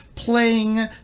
Playing